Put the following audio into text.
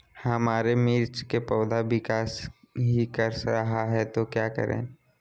हमारे मिर्च कि पौधा विकास ही कर रहा है तो क्या करे?